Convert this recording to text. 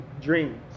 dreams